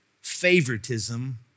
Favoritism